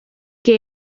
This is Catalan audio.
que